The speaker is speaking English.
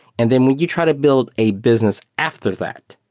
and then when you try to build a business after that,